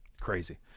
Crazy